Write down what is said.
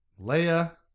Leia